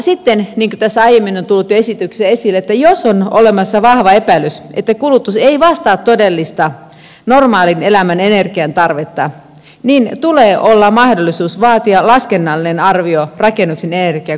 sitten niin kuin tässä aiemmin on tullut esityksessä esille että jos on olemassa vahva epäilys että kulutus ei vastaa todellista normaalin elämän energiantarvetta tulee olla mahdollisuus vaatia laskennallinen arvio rakennuksen energiankulutuksesta